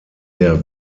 der